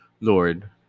Lord